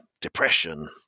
depression